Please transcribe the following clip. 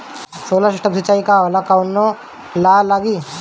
Solar system सिचाई का होला कवने ला लागी?